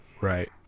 Right